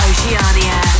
Oceania